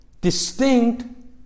distinct